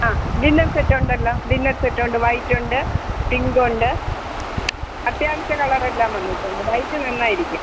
ആ dinner set ഉണ്ടല്ലോ dinner set ഉണ്ട് വൈറ്റ് ഉണ്ട് പിങ്ക് ഉണ്ട് അത്യാവശ്യ കളറ് എല്ലാം വന്നിട്ടുണ്ട് വൈറ്റ് നന്നായിരിക്കും